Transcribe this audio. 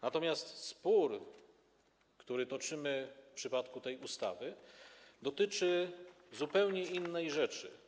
Natomiast spór, który toczymy w przypadku tej ustawy, dotyczy zupełnie innej rzeczy.